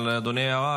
אבל אדוני ירד,